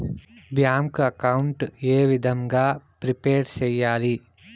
Bank account ఏ విధంగా prepare సెయ్యాలి?